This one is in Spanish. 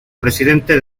presidente